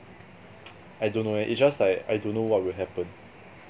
I don't know leh it just like I don't know what will happen